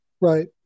Right